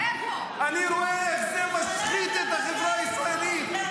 אני רואה איך זה משחית את החברה הישראלית,